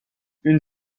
une